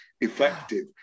effective